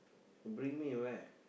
bring me where